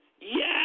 Yes